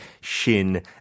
Shin